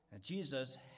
Jesus